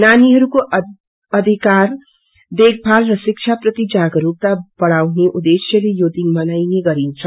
नाीहरूको अधिकारी देखभाल र शिक्षा प्रति जागरूकता बढ़ाउने उदेश्यले यो दिन मनाईने गरिन्छ